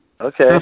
Okay